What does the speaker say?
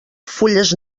fulles